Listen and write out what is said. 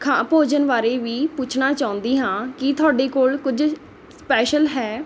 ਖਾ ਭੋਜਨ ਬਾਰੇ ਵੀ ਪੁੱਛਣਾ ਚਾਹੁੰਦੀ ਹਾਂ ਕੀ ਤੁਹਾਡੇ ਕੋਲ਼ ਕੁਝ ਸਪੈਸ਼ਲ ਹੈ